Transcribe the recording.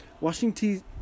Washington